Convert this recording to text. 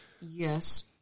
Yes